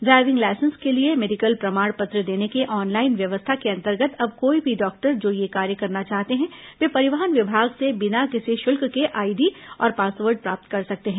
driving license के लिए medical प्रमाण पत्र देने के ऑनलाइन व्यवस्था के अंतर्गत अब कोई भी डॉक्टर जो यह कार्य करना चाहते हैं वे परिवहन विभाग से बिना किसी शुल्क के आईडी और पासवर्ड प्राप्त कर सकते हैं